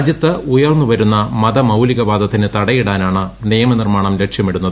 രാജ്യത്ത് ഉയർന്നു വരുന്ന മതമൌലിക വാദത്തിന് തടയിടാനാണ് നിയമനിർമ്മാണം ലക്ഷ്യമിടുന്നത്